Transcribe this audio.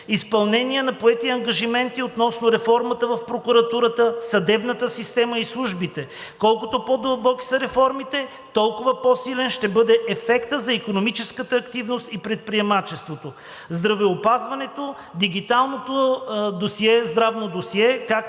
Изпълнение на поети ангажименти относно реформата в прокуратурата, съдебната система и службите. Колкото по-дълбоки са реформите, толкова по-силен ще бъде ефектът за икономическата активност и предприемачеството; - Здравеопазването – дигиталното здравно досие,